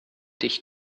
dich